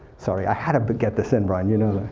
sorry i had to get this in, brian, you know that.